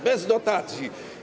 Bez dotacji.